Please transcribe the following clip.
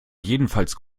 jedenfalls